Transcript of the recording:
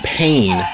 pain